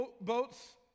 boats